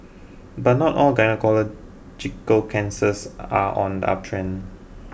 but not all gynaecological cancers are on the uptrend